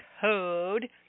code